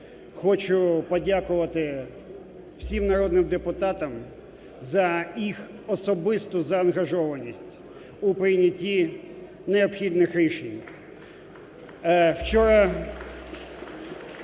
хочу подякувати всім народним депутатам за їх особисту заангажованість у прийнятті необхідних рішень.